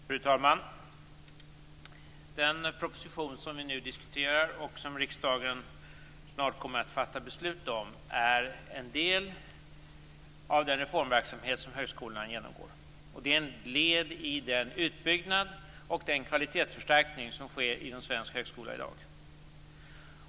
Fru talman! Den proposition som vi nu diskuterar, och som riksdagen snart kommer att fatta beslut om, är en del av den reformverksamhet som högskolorna genomgår. Den är ett led i den utbyggnad och kvalitetsförstärkning som sker inom svensk högskola i dag.